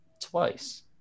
twice